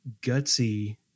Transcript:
gutsy